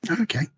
Okay